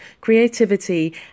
creativity